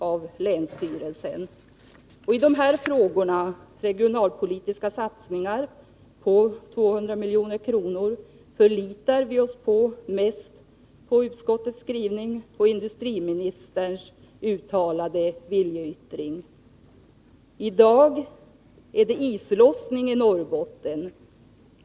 I de här frågorna, som gäller regionalpolitiska satsningar på 200 milj.kr., förlitar vi oss mest på utskottets skrivning och på industriministerns uttalade viljeyttring. I dag är det islossning i Norrbotten.